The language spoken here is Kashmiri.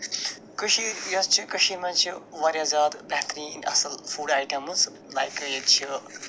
کٔشیٖرِ یَس چھِ کٔشیٖرِ منٛز چھِ وارِیاہ زیادٕ بہتریٖن اَصٕل فُڈ آیٹمٕز لایک ییٚتہِ چھِ